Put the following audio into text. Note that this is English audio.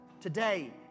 today